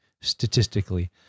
statistically